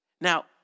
Now